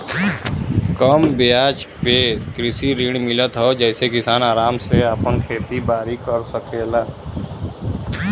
कम बियाज पे कृषि ऋण मिलत हौ जेसे किसान आराम से आपन खेती बारी कर सकेलन